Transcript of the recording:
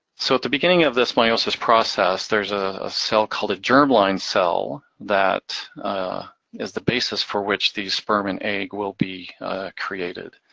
so at the beginning of this meiosis process, there's a cell called a germline cell that is the basis for which the sperm and egg will be created.